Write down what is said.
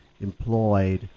employed